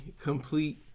complete